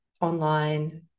online